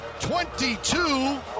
22